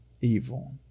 evil